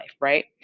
right